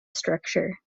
structure